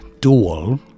dual